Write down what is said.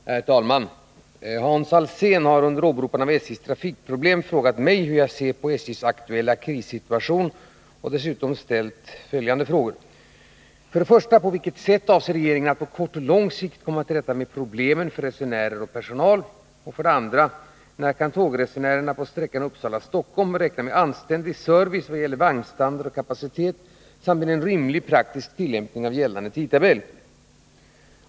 Herr talman! Hans Alsén har, under åberopande av SJ:s trafikproblem, frågat mig hur jag ser på SJ:s aktuella krissituation och dessutom ställt följande frågor. 2. När kan tågresenärerna på sträckan Uppsala-Stockholm räkna med anständig service vad gäller vagnstandard och kapacitet samt med en rimlig praktisk tillämpning av gällande tidtabell?